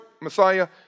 Messiah